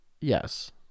yes